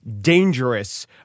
dangerous